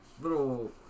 little